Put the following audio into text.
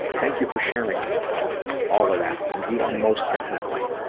thank you for sharing all of that, and you are most definitely,